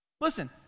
listen